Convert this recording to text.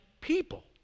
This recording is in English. people